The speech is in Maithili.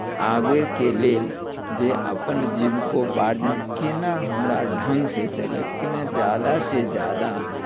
आगेके लेल जे अपन जीविकोपार्जन केना हमरा ढङ्गसँ चलै केना ज्यादासँ ज्यादा